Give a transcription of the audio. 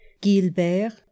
Gilbert